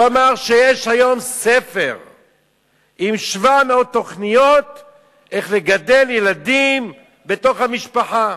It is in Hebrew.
הוא אמר שיש היום ספר עם 700 תוכניות איך לגדל ילדים בתוך המשפחה.